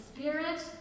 Spirit